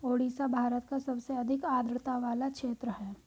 ओडिशा भारत का सबसे अधिक आद्रता वाला क्षेत्र है